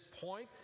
point